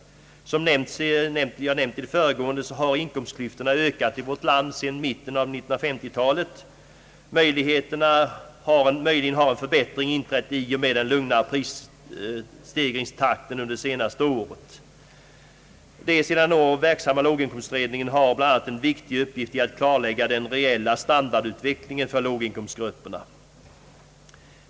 Som jag nämnt i det föregående har inkomstklyftorna ökat i vårt land sedan mitten av 1950 talet. Möjligen har en förbättring inträtt i och med den lugnare prisstegringstakten under de senaste åren. Den sedan några år verksamma låginkomstutredningen har bl.a. en viktig uppgift i att klarlägga den reella standardutvecklingen för låginkomstgrupperna.